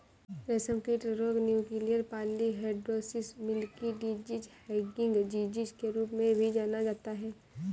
रेशमकीट रोग nuclear polyhedrosis, milky disease, hanging disease के रूप में भी जाना जाता है